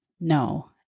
no